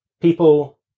people